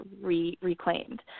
reclaimed